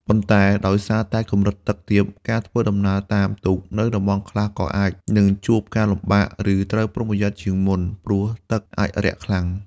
ប៉ុន្តែដោយសារតែកម្រិតទឹកទាប ការធ្វើដំណើរតាមទូកនៅតំបន់ខ្លះក៏អាចនឹងជួបការលំបាក ឬត្រូវប្រុងប្រយ័ត្នជាងមុន ព្រោះទឹកអាចរាក់ខ្លាំង។